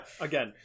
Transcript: again